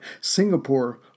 Singapore